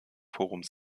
forums